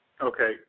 Okay